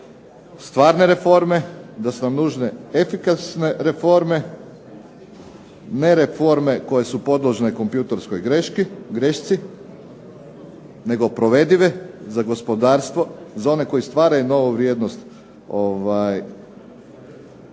stvarne reforme, da su nam nužne efikasne reforme. Ne reforme koje su podložne kompjutorskoj grešci nego provedive za gospodarstvo, za one koji stvaraju novu vrijednost konkretne